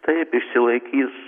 taip išsilaikys